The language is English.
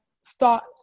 start